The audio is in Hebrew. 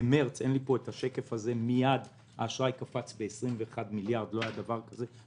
במרץ האשראי קפץ מיד ב-21 מיליארד לא היה דבר כזה.